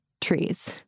trees